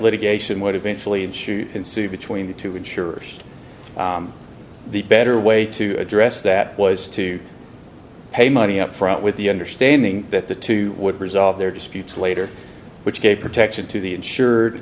litigation would eventually and shoot ensued between the two insurers the better way to address that was to pay money upfront with the understanding that the two would resolve their disputes later which gave protection to the insured